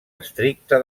estricte